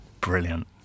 Brilliant